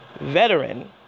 veteran